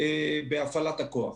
בהפעלת הכוח.